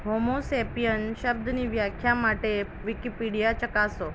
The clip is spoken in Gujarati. હોમોસેપિયન શબ્દની વ્યાખ્યા માટે વિકિપીડિયા ચકાસો